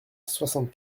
soixante